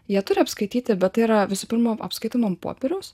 jie turi apskaityti bet tai yra visų pirma apskaitoma ant popieriaus